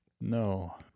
No